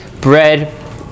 bread